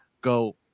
go